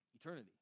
Eternity